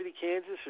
Kansas